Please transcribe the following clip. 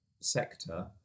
sector